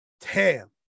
Tam